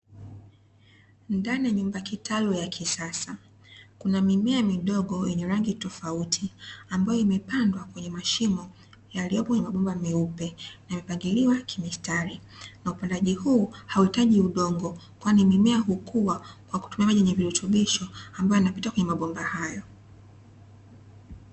Ndani ya nyumba kitalu ya kisasa ,kuna mimea midogo yenye rangi tofauti, ambayo imepandwa kwenye mashimo yaliyopo kwenye mabomba meupe, myamepangiliwa kimistari, na upandaji huu hauhitaji udongo, kwani mimea hukua kwa kutumia maji yenye virutubisho, ambayo yanapita kwenye mabomba hayo.